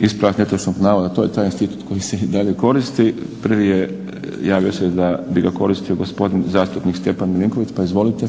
Ispravak netočnog navoda, to je taj institut koji se i dalje koristi. Prvi se javio da bi ga koristio gospodin zastupnik Stjepan Milinković, pa izvolite.